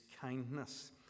kindness